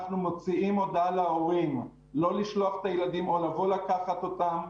אנחנו מוציאים הודעה להורים לא לשלוח את הילדים או לבוא לקחת אותם,